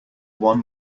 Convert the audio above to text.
one